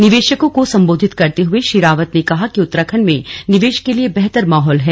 निवेशकों को संबोधित करते हुए श्री रावत ने कहा कि उत्तराखण्ड में निवेश के लिए बेहतर माहौल है